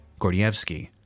Gordievsky